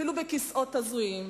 אפילו בכיסאות הזויים.